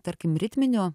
tarkim ritminiu